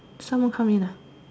someone come in ah